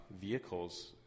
vehicles